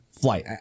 flight